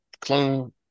clone